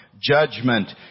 judgment